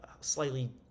slightly